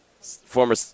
Former